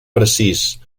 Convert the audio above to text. precís